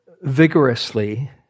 vigorously